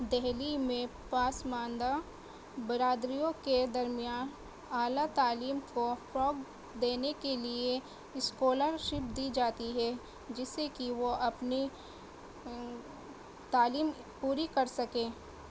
دہلی میں پسماندہ برادریوں کے درمیان اعلیٰ تعلیم کو فروغ دینے کے لیے اسکالر شپ دی جاتی ہے جس سے کہ وہ اپنی تعلیم پوری کر سکیں